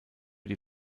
die